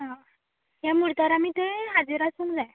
आं ह्या म्हुर्तार आमी थंय हाजीर आसूंक जाय